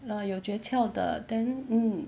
ah 有诀窍的 then mm